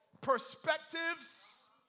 perspectives